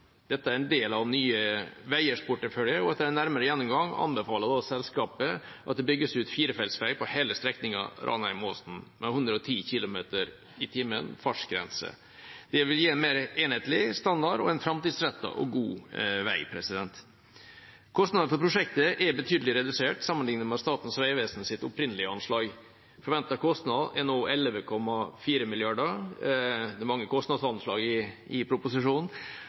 Dette er en del av Nye Veiers portefølje, og etter en nærmere gjennomgang anbefaler selskapet at det bygges firefelts vei på hele strekningen Ranheim–Åsen med fartsgrense på 110 km/t. Det vil gi en mer helhetlig standard og en framtidsrettet og god vei. Kostnadene for prosjektet er betydelig redusert sammenlignet med Statens vegvesens opprinnelige anslag. Forventet kostnad er nå 11,4 mrd. kr – det er mange kostnadsanslag i proposisjonen